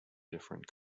different